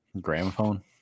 Gramophone